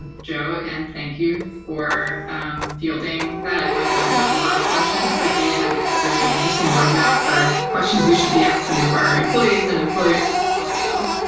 joe, again, thank you for fielding that. i feel like it opened up a lot of questions, but gave a and really interesting roadmap for questions we should be asking of our employees and employers also.